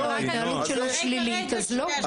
אם ההתנהגות שלו שלילית, אז לא.